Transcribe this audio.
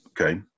Okay